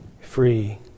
free